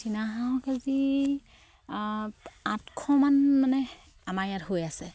চিনাহাঁহৰ KG আঠশমান মানে আমাৰ ইয়াত হৈ আছে